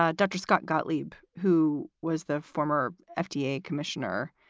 ah dr. scott gottlieb, who was the former fda yeah commissioner,